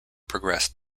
progressed